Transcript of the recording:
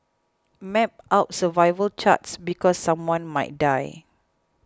map out survival charts because someone might die